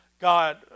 God